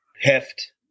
heft